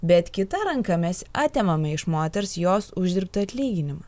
bet kita ranka mes atimame iš moters jos uždirbtą atlyginimą